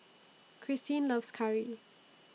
Kristine loves Curry